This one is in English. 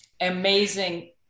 Amazing